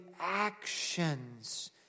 actions